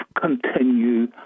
continue